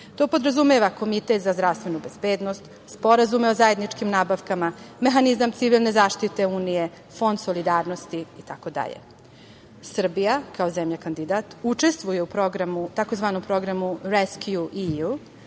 To podrazumeva Komitet za zdravstvenu bezbednost, sporazume o zajedničkim nabavkama, mehanizam civilne zaštite unije, Fond solidarnosti itd. Srbija, kao zemlja kandidat, učestvuje u tzv. programu „Rescue EU“